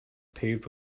paved